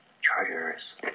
Chargers